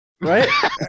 right